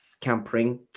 Campering